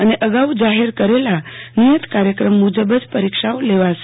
અને અગાઉ જાહેર કરલા નિયત કાયકમ મુજબ જ પરિક્ષા લેવાશે